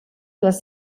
les